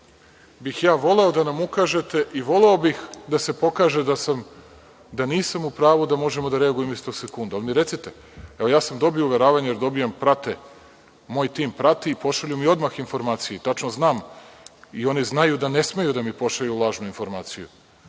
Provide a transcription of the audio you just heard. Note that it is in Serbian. bih ja voleo da nam ukažete i voleo bih da se pokaže da nisam u pravu, da možemo da reagujemo istog sekunda, ali mi recite. Evo, ja sam dobio uveravanja jer moj tim prati i pošalju mi odmah informacije. Tačno znam i oni znaju da ne smeju da mi pošalju lažnu informaciju. Ovo